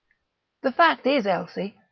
the fact is, elsie,